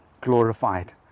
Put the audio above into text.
glorified